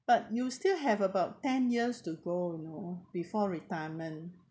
but you still have about ten years to go you know before retirement